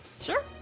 Sure